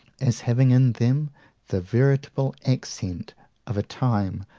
as having in them the veritable accent of a time,